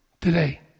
today